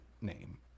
name